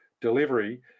delivery